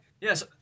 Yes